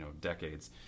decades